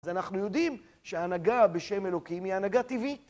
אז אנחנו יודעים שההנהגה בשם אלוקים היא הנהגה טבעית.